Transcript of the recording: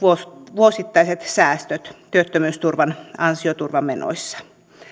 vuosittaiset säästöt työttömyysturvan ansioturvamenoissa